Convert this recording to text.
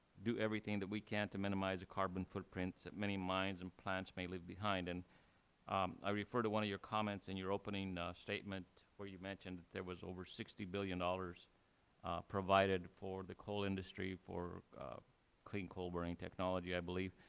do everything that we can to minimize the carbon footprints that many mines and plants may leave behind. and um i refer to one of your comments in your opening statement where you mentioned that there was over sixty billion dollars provided for the coal industry for clean coal burning technology, i believe.